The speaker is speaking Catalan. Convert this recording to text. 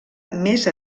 més